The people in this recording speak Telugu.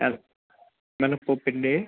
మినప్పొప్పండి